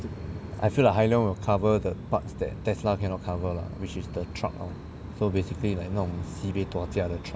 I feel like Hyliion will cover the parts that Tesla cannot cover lah which is the truck lor so basically like 那种 sibeh dua jia 的 truck